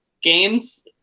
games